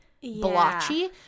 blotchy